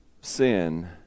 sin